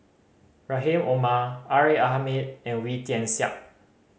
Rahim Omar R A Hamid and Wee Tian Siak